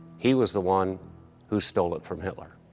he was the one who stole it from hitler?